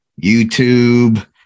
YouTube